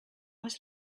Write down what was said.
was